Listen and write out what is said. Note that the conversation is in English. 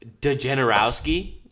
DeGenerowski